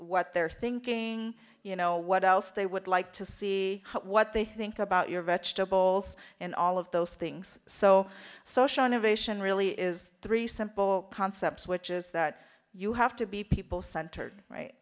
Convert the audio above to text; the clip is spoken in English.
they're thinking you know what else they would like to see what they think about your vegetables and all of those things so social innovation really is three simple concepts which is that you have to be people centered right